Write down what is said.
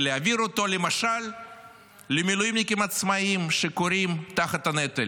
ולהעביר אותו למשל למילואימניקים עצמאים שכורעים תחת הנטל.